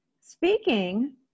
speaking